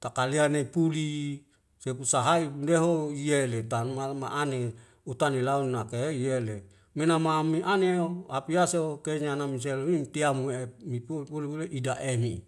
takalean i puli sepu sahaed ndeho yele tan mal ma'ane utane lau na ka eyele menama menganeo hapiase ho kenya na ana miselang wing tiamu e nid pul pulu pulu ida emi